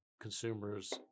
consumers